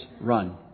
run